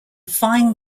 fine